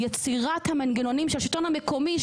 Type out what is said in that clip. יצירת המנגנונים של השלטון המקומי,